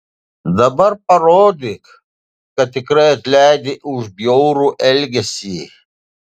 dabar parodyk kad tikrai atleidi už bjaurų elgesį